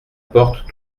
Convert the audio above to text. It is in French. porte